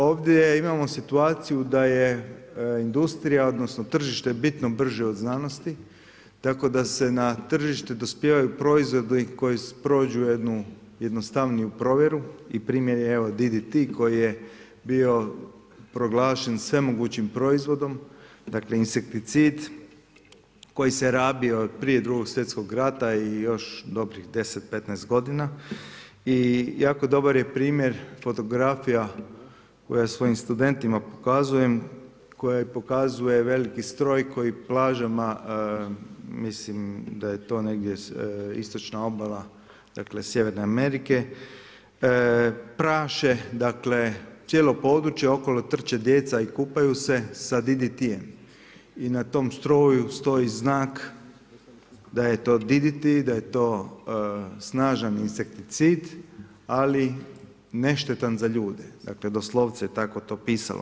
Ovdje imamo situaciju da je industrija odnosno tržište bitno brže od znanosti tako da na tržištu dospijevaju proizvodi koji prođu jednu jednostavnu provjeru i primjer je evo DDT koji je bio proglašen svemogući proizvodom, dakle insekticid koji se rabio prije Drugog svjetskoj rata i još dobrih 10, 15 godina i jako je dobar primjera fotografija koju ja svojim studentima pokazujem, koja pokazuje veliki stroj koji plažama, mislim da je to negdje istočna obala Sjeverne Amerike, praše cijelo područje, okolo trče djeca i kupaju sa DDT-em i na tom stroju stoji znak da je to DDT, da je to snažan insekticid ali neštetan za ljude, dakle doslovce tako je to pisalo.